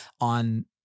on